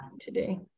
today